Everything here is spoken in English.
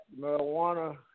marijuana